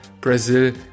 Brazil